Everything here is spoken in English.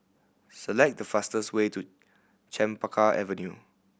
select the fastest way to Chempaka Avenue